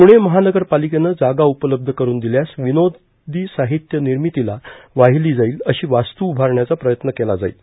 प्रणे महानगरपालिकेनं जागा उपलब्ध कठन दिल्यास विनोदी साहित्य निर्मितीला वाहिली जाईल अशी वास्तू उभारण्याचा प्रयत्न केला जाईल